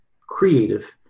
creative